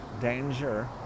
danger